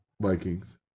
Vikings